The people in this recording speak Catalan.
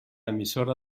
emissora